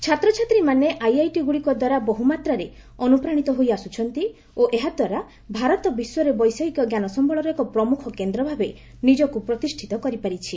ଛାତ୍ରଛାତ୍ରୀମାନେ ଆଇଆଇଟି ଗୁଡ଼ିକ ଦ୍ୱାରା ବହୁମାତ୍ରାରେ ଅନୁପ୍ରାଣିତ ହୋଇଆସୁଛନ୍ତି ଓ ଏହାଦ୍ୱାରା ଭାରତ ବିଶ୍ୱରେ ବୈଷୟିକ ଜ୍ଞାନ ସମ୍ଭଳର ଏକ ପ୍ରମ୍ରଖ କେନ୍ଦ୍ରଭାବେ ନିଜକୁ ପ୍ରତିଷ୍ଠିତ କରିପାରିଛି